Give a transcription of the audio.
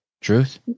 truth